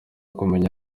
kumenya